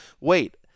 wait